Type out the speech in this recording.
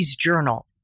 Journal